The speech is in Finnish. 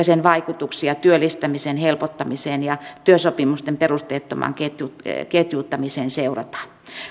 sen vaikutuksia työllistämisen helpottamiseen ja työsopimusten perusteettomaan ketjuttamiseen ketjuttamiseen seurataan